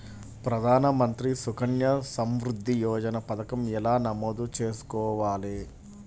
ప్రధాన మంత్రి సుకన్య సంవృద్ధి యోజన పథకం ఎలా నమోదు చేసుకోవాలీ?